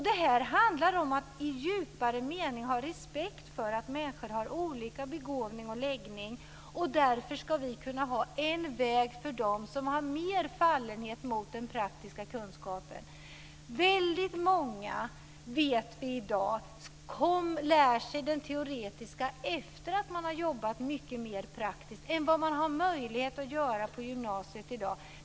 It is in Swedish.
Det här handlar om att i djupare mening ha respekt för att människor har olika begåvning och läggning. Därför ska vi kunna ha en väg för dem som har mer fallenhet för den praktiska kunskapen. Vi vet att väldigt många i dag lär sig det teoretiska efter att ha jobbat mycket mer praktiskt än vad man har möjlighet att göra på gymnasiet i dag.